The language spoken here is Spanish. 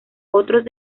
otros